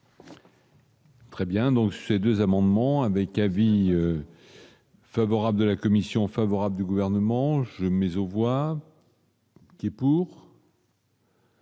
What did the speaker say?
Très bien, donc ces 2 amendements avec avis favorable de la commission favorable du gouvernement, je mise aux voix. Pour.